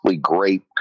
great